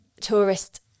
tourist